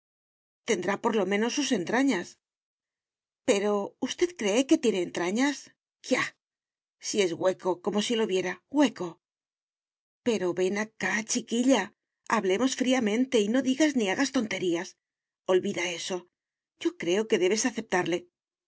tendrá por lo menos sus entrañas pero usted cree que tiene entrañas quia si es hueco como si lo viera hueco pero ven acá chiquilla hablemos fríamente y no digas ni hagas tonterías olvida eso yo creo que debes aceptarle